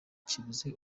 kibuze